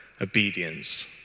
Obedience